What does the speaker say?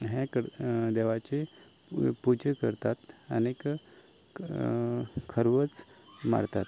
हें कर देवाची पुजा करतात आनीक खरवज मारतात